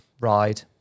ride